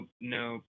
no